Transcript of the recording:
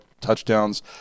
touchdowns